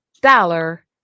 dollar